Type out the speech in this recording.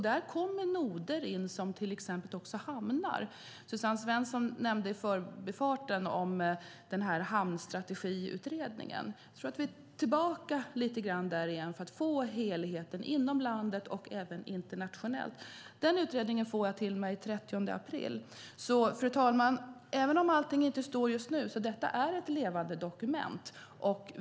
Där kommer noder som hamnar in. Suzanne Svensson nämnde Hamnstrategiutredningen i förbigående. Jag tror att vi är tillbaka där för att få en helhet inom landet och internationellt. Den utredningen får jag den 30 april. Fru talman! Även om inte allt står med just nu är detta ett levande dokument.